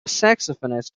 saxophonist